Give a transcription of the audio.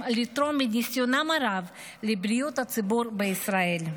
לתרום מניסיונם הרב לבריאות הציבור בישראל.